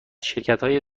شرکتهای